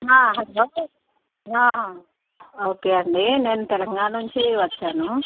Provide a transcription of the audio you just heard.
hello okay అండి నేను తెలంగాణ నుంచి వచ్చాను